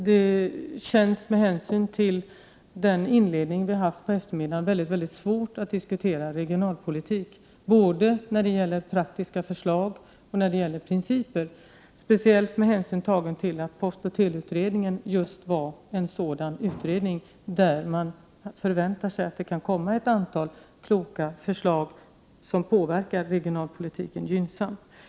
Det känns med hänsyn till den inledning vi haft på eftermiddagen väldigt svårt att diskutera regionalpolitik både när det gäller praktiska förslag och när det gäller principer, särskilt som postoch teleutredningen just var en utredning där man kunde förvänta sig ett antal kloka förslag som påverkar regionalpolitiken gynnsamt.